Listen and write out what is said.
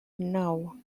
nou